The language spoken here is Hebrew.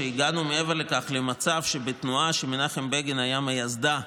מעבר לכך הגענו למצב שבו בתנועה שמנחם בגין היה מייסדה,